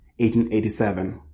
1887